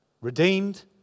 Redeemed